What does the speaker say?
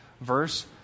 verse